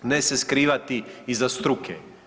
Ne se skrivati iza struke.